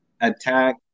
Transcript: Attack